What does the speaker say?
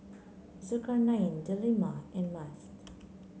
Zulkarnain Delima and Mast